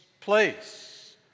place